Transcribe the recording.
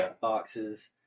Boxes